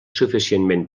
suficientment